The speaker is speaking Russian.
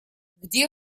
где